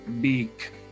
beak